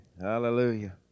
Hallelujah